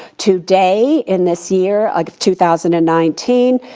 today in this year of two thousand and nineteen,